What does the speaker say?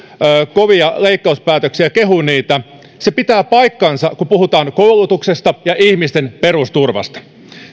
kovia leikkauspäätöksiään se pitää paikkansa kun puhutaan koulutuksesta ja ihmisten perusturvasta